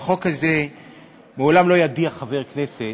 והחוק הזה לעולם לא ידיח חברי כנסת,